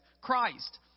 Christ